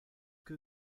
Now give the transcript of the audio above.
que